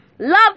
Love